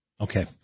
Okay